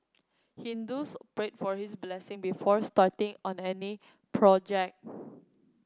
Hindus pray for his blessing before starting on any project